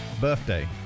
birthday